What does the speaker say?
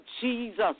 Jesus